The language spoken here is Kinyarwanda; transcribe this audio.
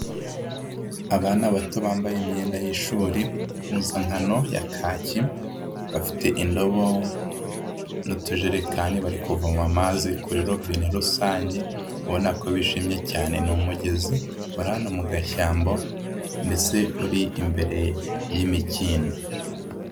Abana bato bambaye imyenda y'ishuri, impuzankano ya kaki, bafite indobo n'utujerekani bari kuvoma amazi kuri robine rusange, ubona ko bishimye cyane, ni umugezi uri ahantu mu gashyamba, mbese uri imbere y'imikindo.